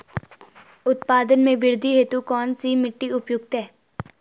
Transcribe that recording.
उत्पादन में वृद्धि हेतु कौन सी मिट्टी उपयुक्त है?